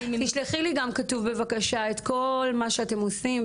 תשלחי לי בבקשה לוועדה את כל מה שאתם עושים.